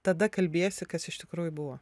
tada kalbiesi kas iš tikrųjų buvo